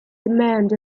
demand